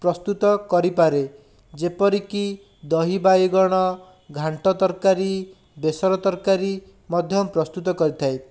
ପ୍ରସ୍ତୁତ କରିପାରେ ଯେପରି କି ଦହି ବାଇଗଣ ଘାଣ୍ଟ ତରକାରୀ ବେସର ତରକାରୀ ମଧ୍ୟ ପ୍ରସ୍ତୁତ କରିଥାଏ